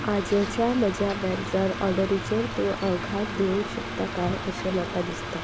आजियोच्या म्हज्या बॅड्सार ऑर्डरीचेर तूं अवघात दिवंक शकता काय अशें म्हाका दिसता